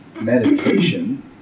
Meditation